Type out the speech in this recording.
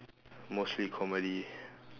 mostly comedy